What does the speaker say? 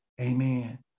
Amen